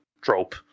trope